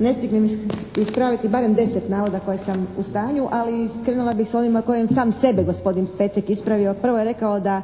Ne stignem ispraviti barem deset navoda kojem sam u stanju, ali krenula bih s onima kojem sam sebe gospodin Pecek ispravio. Prvo je rekao da